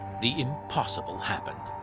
the impossible happened.